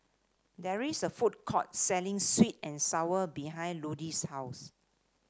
there is a food court selling sweet and sour behind Ludie's house